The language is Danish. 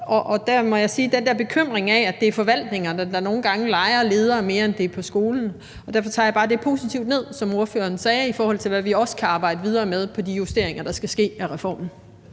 der bekymring for, at det er forvaltningerne, der nogle gange mere leger ledere, end det er skolen. Derfor tager jeg bare det, som ordføreren sagde, positivt ned, i forhold til hvad vi også kan arbejde videre med i forhold til de justeringer, der skal ske af reformen.